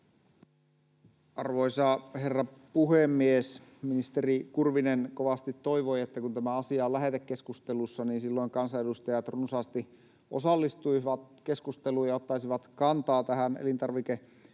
Arvoisa herra puhemies! Ministeri Kurvinen kovasti toivoi, että kun tämä asia on lähetekeskustelussa, niin silloin kansanedustajat runsaasti osallistuisivat keskusteluun ja ottaisivat kantaa tähän